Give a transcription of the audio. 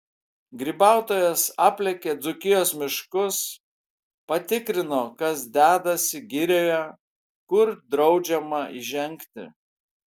grybautojas aplėkė dzūkijos miškus patikrino kas dedasi girioje kur draudžiama įžengti